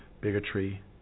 bigotry